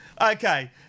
Okay